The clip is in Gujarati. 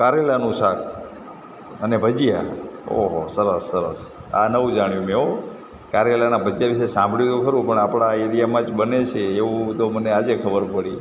કારેલાનું શાક અને ભજીયા ઓહો સરસ સરસ આ નવું જાણ્યું મેં હોં કારેલાનાં ભજીયા વિશે સાંભળ્યું હતું ખરું પણ આપણા એરિયામાં જ બને છે એવું તો મને આજે ખબર પડી